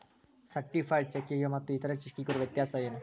Certified ಚೆಕ್ಕಿಗೆ ಮತ್ತ್ ಇತರೆ ಚೆಕ್ಕಿಗಿರೊ ವ್ಯತ್ಯಸೇನು?